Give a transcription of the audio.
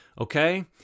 okay